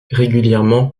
régulièrement